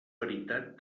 veritat